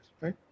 right